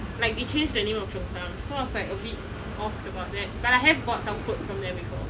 like they change the name of cheongsams so I was like a bit off about that but I have bought some clothes from them before